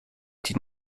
die